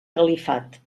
califat